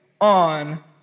on